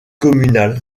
communal